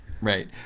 Right